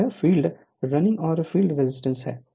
और यह field running और फील्ड रेजिस्टेंस है